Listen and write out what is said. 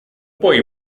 boy